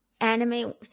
anime